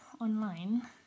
online